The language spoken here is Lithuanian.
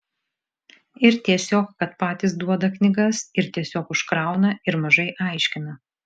ir tiesiog kad patys duoda knygas ir tiesiog užkrauna ir mažai aiškina